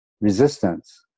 resistance